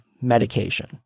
medication